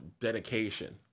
dedication